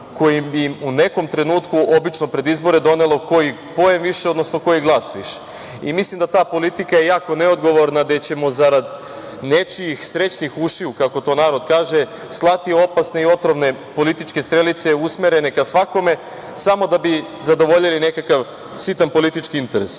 koje bi im u nekom trenutku obično pred izbore donelo koji poen više, odnosno koji glas više. Mislim da je ta politika jako neodgovorna, gde ćemo zarad nečijih srećnih ušiju, kako to narod kaže, slati opasne i otrovne političke strelice usmerene ka svakome samo da bi zadovoljili nekakav sitan politički interes. Politika